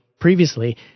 previously